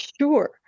Sure